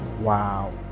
Wow